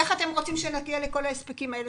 איך אתם רוצים שנגיע לכל ההספקים האלה